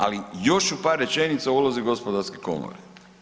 Ali još ću par rečenica o ulozi gospodarske komore.